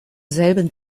selben